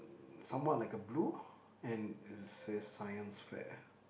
somewhat like a blue and it says Science fair